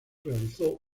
realizó